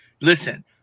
Listen